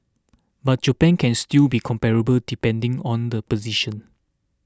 but Japan can still be comparable depending on the position